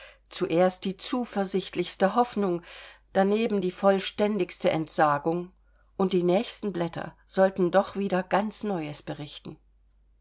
zuerst die zuversichtlichste hoffnung daneben die vollständigste entsagung und die nächsten blätter sollten doch wieder ganz neues berichten